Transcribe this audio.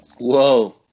Whoa